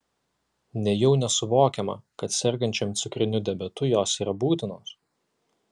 nejau nesuvokiama kad sergančiam cukriniu diabetu jos yra būtinos